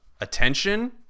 attention